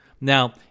Now